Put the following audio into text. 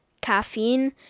caffeine